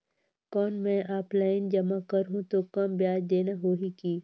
कौन मैं ऑफलाइन जमा करहूं तो कम ब्याज देना होही की?